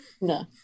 No